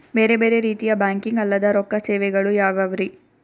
ಬೇರೆ ಬೇರೆ ರೀತಿಯ ಬ್ಯಾಂಕಿಂಗ್ ಅಲ್ಲದ ರೊಕ್ಕ ಸೇವೆಗಳು ಯಾವ್ಯಾವ್ರಿ?